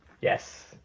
Yes